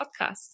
podcast